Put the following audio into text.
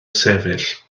sefyll